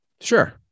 Sure